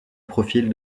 profil